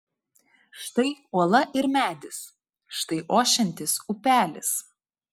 štai uola ir medis štai ošiantis upelis